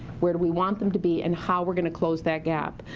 where do we want them to be, and how we're going to close that gap.